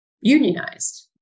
unionized